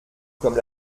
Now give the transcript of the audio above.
comme